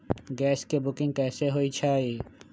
Gas के booking कैसे होईछई?